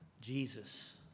Jesus